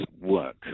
work